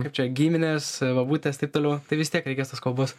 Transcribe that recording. kaip čia giminės bobutės taip toliau tai vis tiek reikės tos kalbos